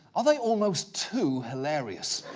are they almost too hilarious?